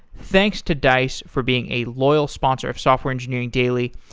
thanks to dice for being a loyal sponsor of software engineering daily.